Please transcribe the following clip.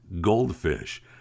goldfish